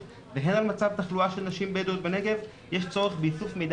והן על מצב התחלואה של נשים בדואיות בנגב יש צורך באיסוף מידע